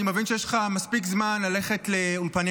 אני מבין שיש לך מספיק זמן ללכת לאולפני